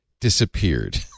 disappeared